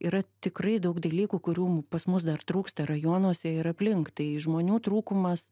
yra tikrai daug dalykų kurių pas mus dar trūksta rajonuose ir aplink tai žmonių trūkumas